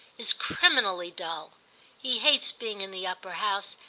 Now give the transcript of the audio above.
is criminally dull he hates being in the upper house,